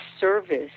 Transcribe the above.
service